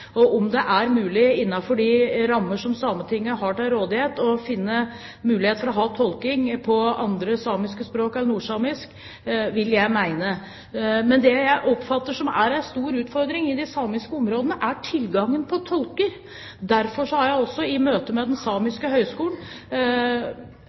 sametingspresidenten om det. Det er Sametinget som har ansvaret for å organisere Sametingets virksomhet, og jeg vil mene at det er mulig, innenfor de rammer som Sametinget har til rådighet, å ha tolking på andre samiske språk enn nordsamisk. Men det som jeg oppfatter er en stor utfordring i de samiske områdene, er tilgang på tolker. Derfor har jeg også, i møte med